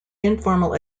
informal